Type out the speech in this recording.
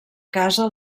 casa